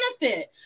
benefit